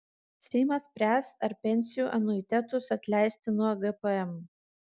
seimas spręs ar pensijų anuitetus atleisti nuo gpm